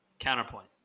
Counterpoint